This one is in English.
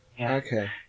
Okay